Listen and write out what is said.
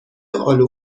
آلو